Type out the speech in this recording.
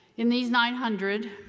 in these nine hundred,